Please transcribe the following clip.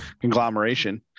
conglomeration